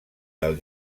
del